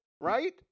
right